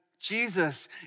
Jesus